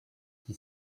qui